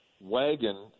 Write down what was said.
wagon